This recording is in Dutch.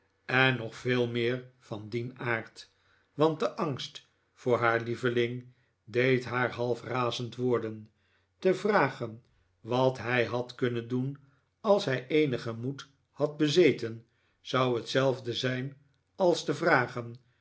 en nog veel meer van dien aard want de angst voor haar lieveling deed haar half razend worden te vragen wat hij had kunnen doen als hij eenigen moed had bezeten zou hetzelfde zijn als te vragen